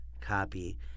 copy